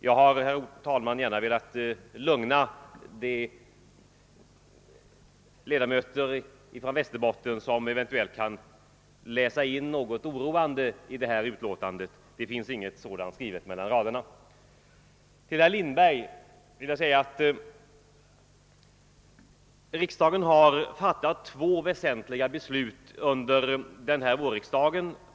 Jag har, herr talman, gärna velat lugna de ledamöter från Västerbotten som eventuellt kan läsa in något oroande i detta utlåtande. Något sådant finns inte skrivet mellan raderna. Till herr Lindberg vill jag säga att riksdagen har fattat två väsentliga beslut under denna vårsession.